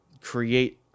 create